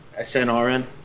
SNRN